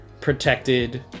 protected